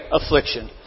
affliction